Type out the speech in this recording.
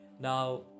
now